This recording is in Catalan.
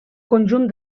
conjunt